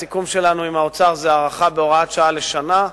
הסיכום שלנו עם האוצר הוא הארכה בהוראת שעה לשנה.